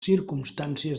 circumstàncies